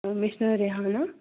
مےٚ چھِ ناو ریحانہ